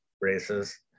races